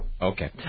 Okay